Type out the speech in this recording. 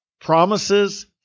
promises